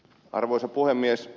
arvoisa puhemies